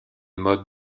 modes